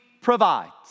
provides